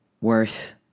worth